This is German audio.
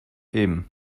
eben